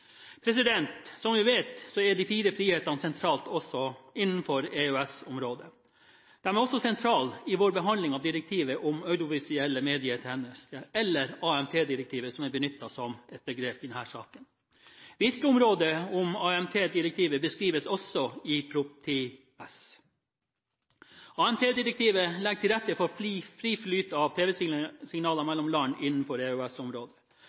Som vi vet, er de fire frihetene sentrale også innenfor EØS-området. De er også sentrale i vår behandling av direktivet om audiovisuelle medietjenester – eller AMT-direktivet, som er benyttet som et begrep i denne saken. Virkeområdet for AMT-direktivet beskrives også i Prop. 10 S. AMT-direktivet legger til rette for fri flyt av tv-signaler mellom land innenfor